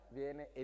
viene